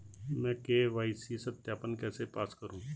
मैं के.वाई.सी सत्यापन कैसे पास करूँ?